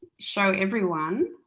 show everyone,